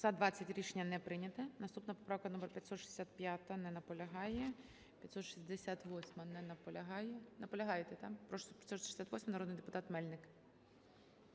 За-20 Рішення не прийнято. Наступна поправка номер 565. Не наполягає. 568-а. Не наполягає. Наполягаєте, так? Прошу, 568-а, народний депутат Мельник.